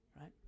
right